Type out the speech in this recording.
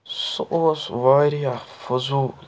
سُہ اوس واریاہ فضوٗل